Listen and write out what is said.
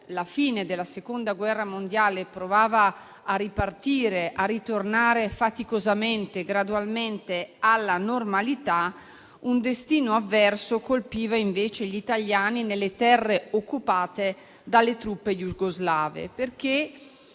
la fine della Seconda guerra mondiale, provava a ripartire e a ritornare faticosamente e gradualmente alla normalità, un destino avverso colpiva invece gli italiani nelle terre occupate dalle truppe jugoslave. Queste